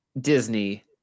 Disney